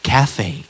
Cafe